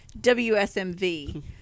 WSMV